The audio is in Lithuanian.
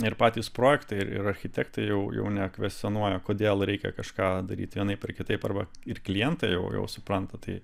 ir patys projektai ir architektai jau jau ne kvestionuoja kodėl reikia kažką daryti vienaip ar kitaip arba ir klientai jau jau supranta tai